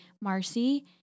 Marcy